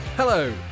Hello